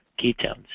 ketones